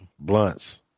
Blunts